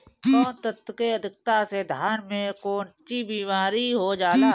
कौन तत्व के अधिकता से धान में कोनची बीमारी हो जाला?